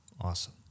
Awesome